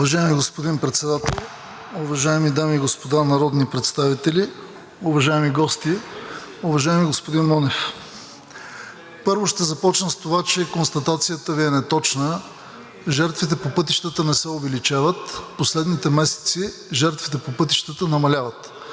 Уважаеми господин Председател, уважаеми дами и господа народни представители, уважаеми гости, уважаеми господин Монев! Първо ще започна с това, че констатацията Ви е неточна – жертвите по пътищата не се увеличават. В последните месеци жертвите по пътищата намаляват.